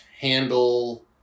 handle